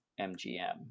MGM